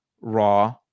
raw